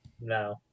No